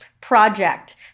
project